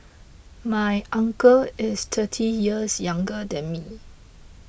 my uncle is thirty years younger than me